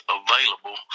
available